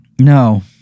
No